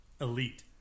elite